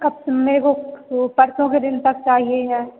कब मेरे को क वो परसों के दिन तक चाहिए है